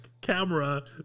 camera